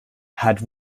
had